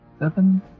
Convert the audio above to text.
seven